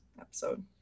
episode